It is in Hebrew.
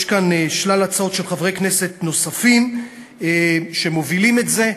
יש כאן שלל הצעות של חברי כנסת נוספים שמובילים את זה,